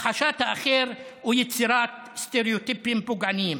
הכחשת האחר או יצירת סטריאוטיפים פוגעניים.